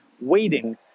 waiting